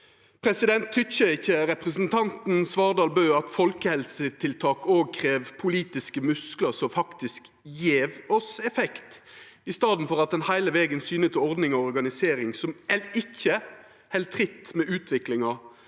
Tykkjer ikkje representanten Svardal Bøe at folkehelsetiltak òg krev politiske musklar som faktisk gjev oss effekt, i staden for at ein heile vegen syner til ordningar og organisering som ikkje held tritt med utviklinga,